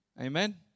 Amen